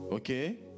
Okay